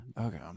Okay